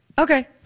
Okay